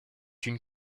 une